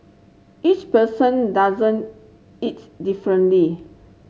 each person doesn't it differently